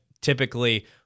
typically